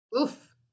Oof